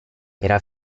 era